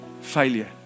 failure